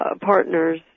partners